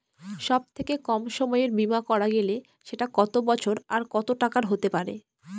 সব থেকে কম সময়ের বীমা করা গেলে সেটা কত বছর আর কত টাকার হতে পারে?